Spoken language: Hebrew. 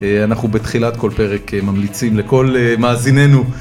אנחנו בתחילת כל פרק ממליצים לכל מאזיננו.